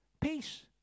peace